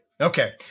Okay